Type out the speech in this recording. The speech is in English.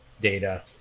data